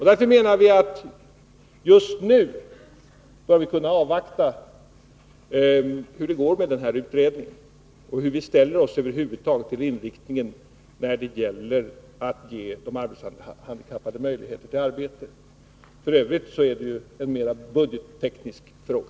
Vi menar att vi just nu bör kunna avvakta vilket resultat utredningen kommer till när det gäller hur man över huvud taget skall ställa sig till inriktningen vad avser de arbetshandikappades möjligheter att få arbete. F. ö. är det en mer budgetteknisk fråga.